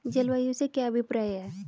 जलवायु से क्या अभिप्राय है?